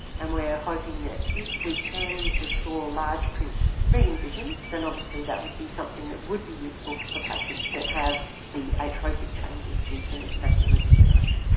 and we're hoping that if we can restore large-print reading vision, then obviously that would be something that would be useful for patients that have the atrophic changes due to macular degeneration.